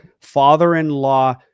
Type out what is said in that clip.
Father-in-law